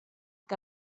que